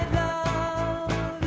love